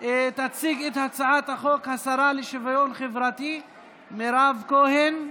תציג את הצעת החוק השרה לשוויון חברתי מירב כהן.